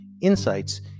insights